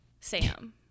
Sam